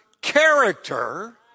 character